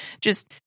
just-